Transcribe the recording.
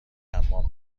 حمام